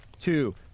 two